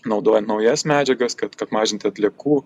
naudojant naujas medžiagas kad kad mažinti atliekų